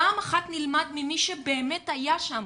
פעם אחת נלמד ממי שבאמת היה שם,